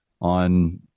on